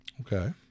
Okay